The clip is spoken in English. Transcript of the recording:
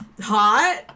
hot